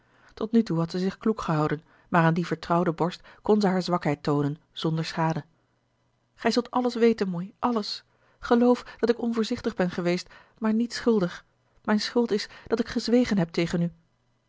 tot nu toe had zij zich kloek gehouden maar aan die vertrouwde borst kon zij hare zwakheid toonen zonder schade gij zult alles weten moei alles geloof dat ik onvoorzichtig ben geweest maar niet schuldig mijne schuld is dat ik gezwegen heb tegen u